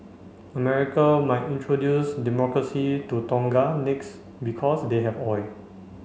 America might introduce Democracy to Tonga next because they have oil